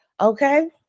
okay